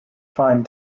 fine